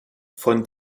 von